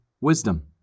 wisdom